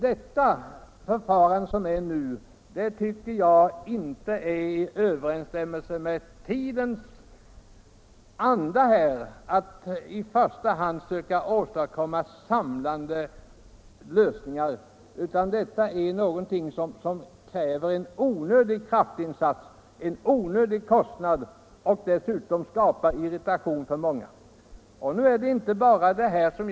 Det förfarande som nu tillämpas tycker jag inte är i överensstämmelse med tidens anda, nämligen att i första hand söka åstadkomma samlande lösningar. Det här kräver onödiga kraftinsatser och medför onödiga kostnader. Dessutom skapar det irritation bland många människor.